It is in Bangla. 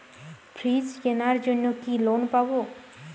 ফ্রিজ কেনার জন্য কি লোন পাব?